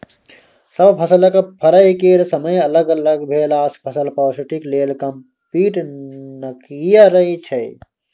सब फसलक फरय केर समय अलग अलग भेलासँ फसल पौष्टिक लेल कंपीट नहि करय छै